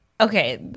okay